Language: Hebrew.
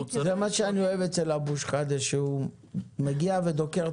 זאת בקשה של משרד